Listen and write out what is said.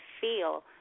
feel